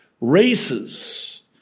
races